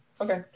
Okay